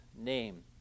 name